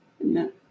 No